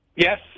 Yes